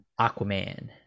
Aquaman